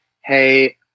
hey